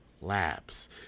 Labs